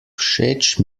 všeč